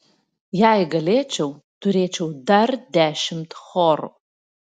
jei galėčiau turėčiau dar dešimt chorų